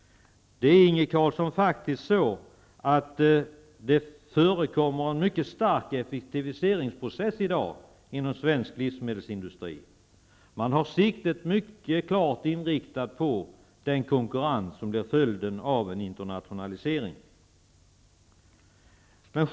Det är faktiskt så, Inge Carlsson, att det i dag pågår en mycket stark effektiviseringsprocess inom svensk livsmedelsindustri. Man har siktet mycket klart inriktat på den konkurrens som blir följden av en internationalisering.